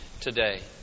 today